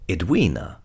Edwina